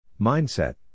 Mindset